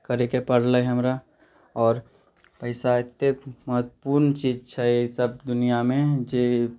करैके पड़लै हमरा आओर पैसा एतेक महत्वपूर्ण चीज छै सभ दुनिआमे जे